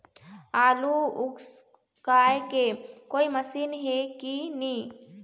आलू उसकाय के कोई मशीन हे कि नी?